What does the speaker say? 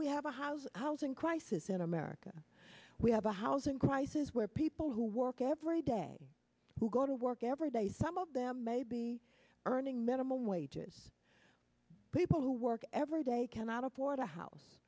we have a house housing crisis in america we have a housing crisis where people who work every day who go to work every day some of them may be earning minimum wage it is people who work every day cannot afford a house